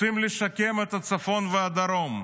רוצים לשקם את הצפון והדרום,